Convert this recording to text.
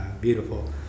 beautiful